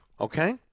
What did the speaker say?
okay